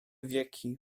wieki